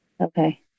Okay